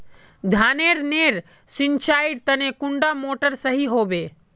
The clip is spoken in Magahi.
धानेर नेर सिंचाईर तने कुंडा मोटर सही होबे?